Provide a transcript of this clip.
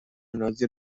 نازی